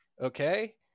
okay